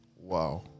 Wow